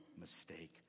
mistake